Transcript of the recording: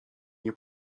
nie